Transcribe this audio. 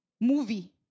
Movie